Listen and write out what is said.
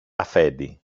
αφέντη